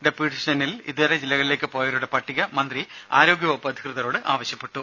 ഡെപ്യൂട്ടേഷനിൽ ഇതര ജില്ലകളിലേക്ക് പോയവരുടെ പട്ടിക മന്ത്രി ആരോഗ്യ വകുപ്പ് അധികൃതരോട് ആവശ്യപ്പെട്ടു